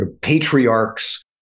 patriarchs